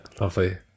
lovely